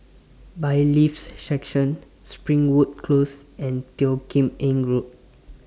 Bailiffs' Section Springwood Close and Teo Kim Eng Road